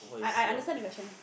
I I understand the question